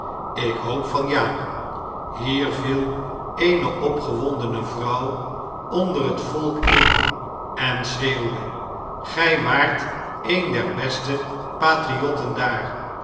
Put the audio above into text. ik hoop van ja hier viel eene opgewondene vrouw onder het volk in en schreeuwde gjj waart een der beste patriotten daar